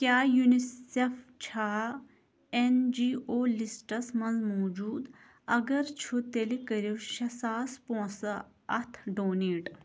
کیٛاہ یوٗنِسیٚف چھا N G O لسٹَس منٛز موٗجوٗد اگر چھُ تیٚلہِ کٔرِو شےٚ ساس پونٛسہٕ اَتھ ڈونیٹ